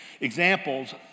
examples